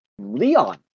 Leon